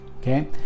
Okay